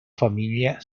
famiglia